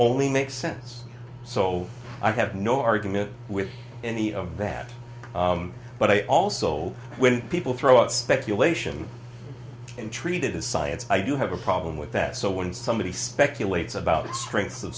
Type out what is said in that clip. only makes sense so i have no argument with any of that but i also when people throw out speculation and treat it as science i do have a problem with that so when somebody speculates about the strengths of